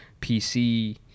PC